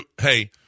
Hey